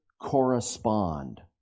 correspond